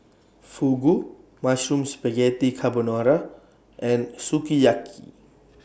Fugu Mushroom Spaghetti Carbonara and Sukiyaki